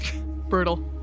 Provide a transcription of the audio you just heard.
Brutal